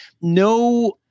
No